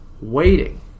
waiting